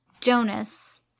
Jonas